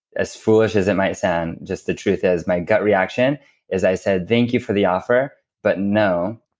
as foolish as it might sound, just the truth is, my gut reaction is i said, thank you for the offer, but no,